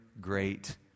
great